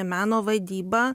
meno vadyba